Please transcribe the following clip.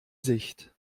sicht